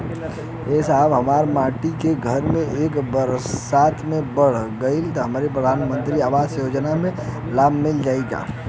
ए साहब हमार माटी क घर ए बरसात मे ढह गईल हमके प्रधानमंत्री आवास योजना क लाभ मिल जाई का?